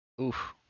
Oof